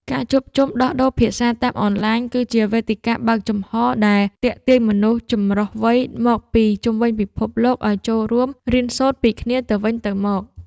ការជួបជុំដោះដូរភាសាតាមអនឡាញ គឺជាវេទិកាបើកចំហដែលទាក់ទាញមនុស្សចម្រុះវ័យមកពីជុំវិញពិភពលោកឱ្យចូលរួមរៀនសូត្រពីគ្នាទៅវិញទៅមក។